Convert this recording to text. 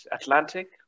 Atlantic